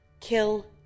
Kill